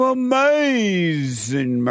amazing